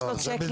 יש לו צ'ק-ליסט.